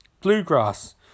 Bluegrass